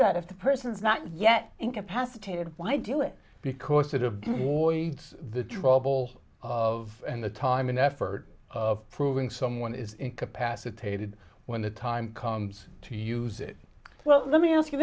out if the person is not yet incapacitated why do it because that of the trouble of and the time and effort of proving someone is incapacitated when the time comes to use it well let me ask you